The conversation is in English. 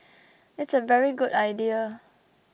it's a very good idea